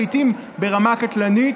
לעיתים ברמה קטלנית,